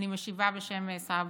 אני משיבה בשם שר הבריאות.